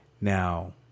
Now